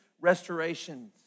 restorations